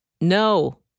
No